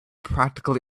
practically